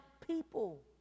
people